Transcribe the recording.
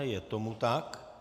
Je tomu tak.